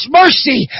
mercy